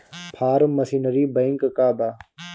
Form machinery bank का बा?